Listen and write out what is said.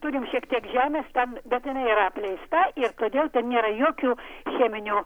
turim šiek tiek žemės ten bet jinai yra apleista ir todėl ten nėra jokių cheminių